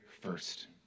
first